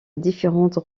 différentes